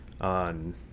on